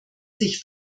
sich